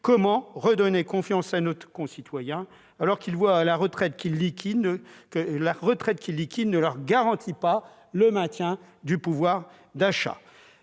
Comment redonner confiance à nos concitoyens, alors qu'ils voient que la retraite qu'ils liquident ne leur garantit pas le maintien de leur pouvoir d'achat ?